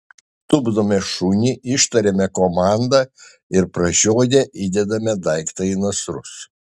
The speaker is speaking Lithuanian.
tupdome šunį ištariame komandą ir pražiodę įdedame daiktą į nasrus